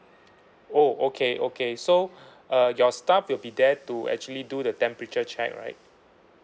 oh okay okay so uh your staff will be there to actually do the temperature check right